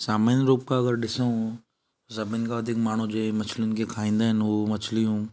सामान्य रूप खां अगरि ॾिसूं सभिनि खां वधीक माण्हू जे मछियुनि खे खाईंदा आहिनि उहो मछियूं